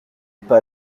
pas